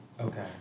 Okay